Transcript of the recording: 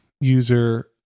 user